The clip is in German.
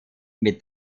mit